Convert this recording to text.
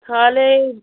তাহলে